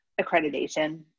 accreditation